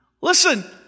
Listen